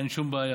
אין שום בעיה.